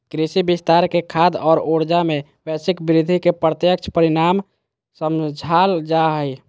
कृषि विस्तार के खाद्य और ऊर्जा, में वैश्विक वृद्धि के प्रत्यक्ष परिणाम समझाल जा हइ